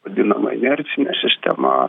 vadinamą inercine sistema